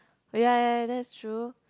oh ya ya that's true